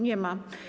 Nie ma.